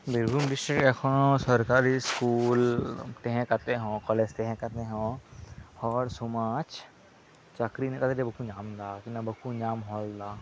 Birbhum district ᱨᱮ ᱮᱠᱷᱚᱱᱚ ᱥᱚᱨᱠᱟᱨᱤ ᱥᱠᱩᱞ ᱛᱟᱦᱮᱸ ᱠᱟᱛᱮ ᱦᱚᱸ ᱠᱚᱞᱮᱡᱽ ᱛᱟᱦᱮᱸ ᱠᱟᱛᱮ ᱦᱚᱸ ᱦᱚᱲ ᱥᱚᱢᱟᱡᱽ ᱪᱟᱹᱠᱨᱤ ᱱᱮᱛᱟᱨ ᱫᱷᱟᱹᱵᱤᱡᱽ ᱵᱟᱠᱚ ᱧᱟᱢ ᱫᱟ ᱵᱟᱠᱚ ᱧᱟᱢ ᱦᱚᱫ ᱮᱫᱟ